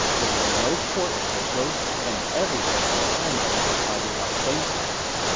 there were no court officials, and everything was handled by the libationers